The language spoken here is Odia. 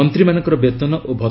ମନ୍ତ୍ରୀମାନଙ୍କର ବେତନ ଓ ଭଉ